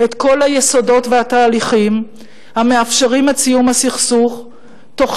את כל היסודות והתהליכים המאפשרים את סיום הסכסוך תוך